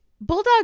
Bulldog